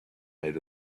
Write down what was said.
made